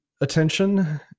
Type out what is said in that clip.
attention